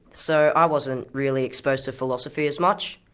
so i wasn't really exposed to philosophy as much.